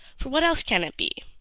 for what else can it be?